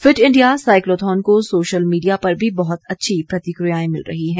fit India cyclothon को social media पर भी बहुत अच्छी प्रतिक्रियाएं मिल रही हैं